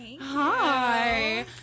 Hi